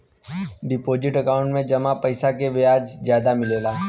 deposit account में जमा पइसा पे ब्याज जादा मिलला